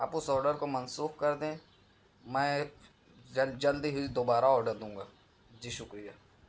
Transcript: آپ اس آڈر کو منسوخ کر دیں میں جلد ہی دوبارہ آڈر دوں گا جی شکریہ